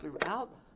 throughout